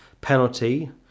penalty